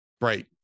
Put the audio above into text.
right